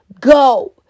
go